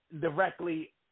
directly